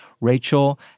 Rachel